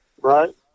right